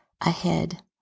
ahead